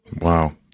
Wow